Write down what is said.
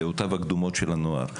ב"דעותיו הקדומות של הנוער",